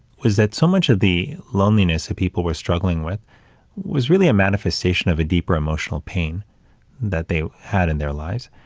was that so much of the loneliness that people were struggling with was really a manifestation of a deeper emotional pain that they had in their lives.